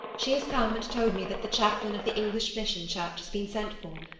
she has come and told me that the chaplain of the english mission church has been sent for.